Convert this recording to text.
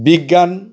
বিজ্ঞান